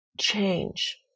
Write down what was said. change